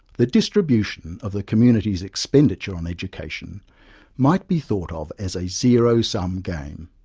the distribution of the community's expenditure on education might be thought of as a zero-sum game,